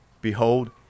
behold